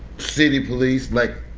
city police, like,